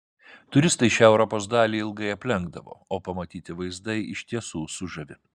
turistai šią europos dalį ilgai aplenkdavo o pamatyti vaizdai iš tiesų sužavi